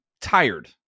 tired